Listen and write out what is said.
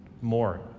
more